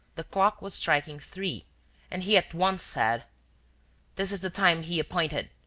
the clock was striking three and he at once said this is the time he appointed.